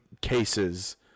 cases –